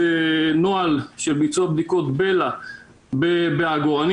נוהל של ביצוע בדיקות בל"ה (בדיקות לא הורסות) בעגורנים